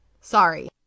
sorry